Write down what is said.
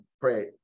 pray